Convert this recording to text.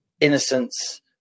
innocence